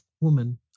woman